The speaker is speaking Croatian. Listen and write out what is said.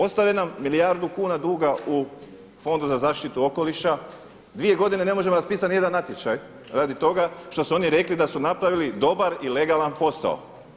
Ostave nam milijardu kuna duga u Fondu za zaštitu okoliša, dvije godine ne možemo raspisati nijedan natječaj radi toga što su oni rekli da su napravili dobar i legalan posao.